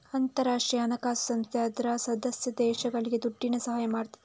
ಅಂತಾರಾಷ್ಟ್ರೀಯ ಹಣಕಾಸು ಸಂಸ್ಥೆ ಅದ್ರ ಸದಸ್ಯ ದೇಶಗಳಿಗೆ ದುಡ್ಡಿನ ಸಹಾಯ ಮಾಡ್ತದೆ